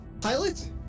pilot